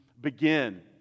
begin